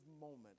moment